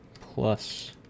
plus